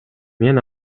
мен